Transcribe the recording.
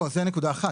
לא, זאת נקודה אחת.